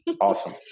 Awesome